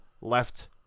left